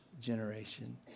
generation